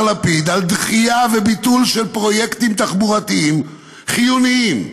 לפיד על דחייה וביטול של פרויקטים תחבורתיים חיוניים.